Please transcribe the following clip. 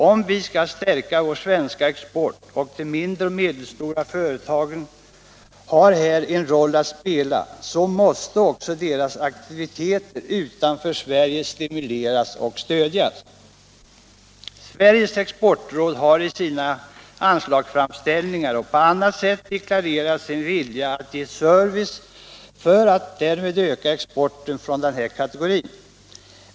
Om vi skall stärka vår svenska export — och de mindre och medelstora företagen har här en roll att spela — måste också deras aktiviteter utanför Sverige stimuleras och stödjas. Sveriges exportråd har i anslagsframställningar och på annat sätt deklarerat sin vilja att ge service för att därmed öka exporten från denna kategori.